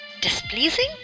Displeasing